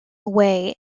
away